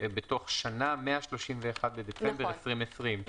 בתוך שנה מ-31 בדצמבר 2020. נכון.